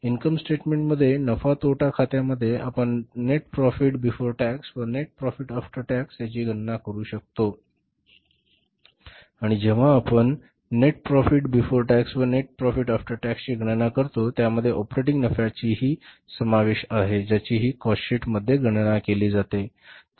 income statement मध्ये नफा तोटा खात्यामध्ये आपण नेट प्रॉफिट बिफोर टॅक्स व नेट प्रॉफिट आफ्टर टॅक्स यांची गणना करू शकतो आणि जेव्हा आपण नेट प्रॉफिट बिफोर टॅक्स व नेट प्रॉफिट आफ्टर टॅक्स यांची गणना करतो त्यामध्ये ऑपरेटिंग नफ्याचा ही समावेश असतो ज्याची की कॉस्ट शीट मध्ये गणना केली जाते बरोबर